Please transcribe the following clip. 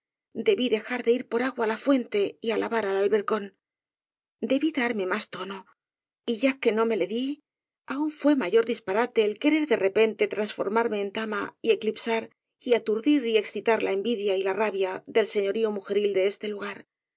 debí dejar de ir por agua á la fuente y á lavar al albercón debí darme más tono y ya que no me le di aun fué mayor dispa rate el querer de repente transformarme en dama y eclipsar y aturdir y excitar la envidia y la rabia del señorío mujeril de este lugar